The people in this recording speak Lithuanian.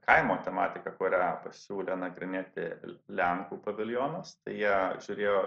kaimo tematiką kurią pasiūlė nagrinėti lenkų paviljonas tai jie žiūrėjo